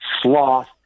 sloth